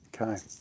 Okay